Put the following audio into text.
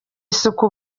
isuku